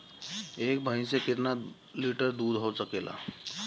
एक भइस से कितना लिटर दूध हो सकेला?